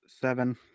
Seven